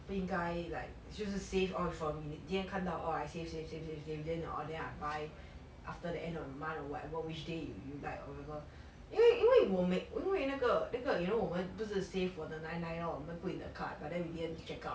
应该 like 就是 save all from 明今天看到 oh I save save save save save then I orh then I buy after the end of the month or whatever which day you like or whatever 因为因为我每因为那个那个 you know 我们不是 save for the nine nine lor we put in the cart but we didn't check out